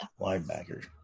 Linebacker